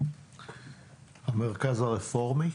המרכז הרפורמי,